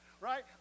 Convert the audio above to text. right